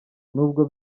n’ubwo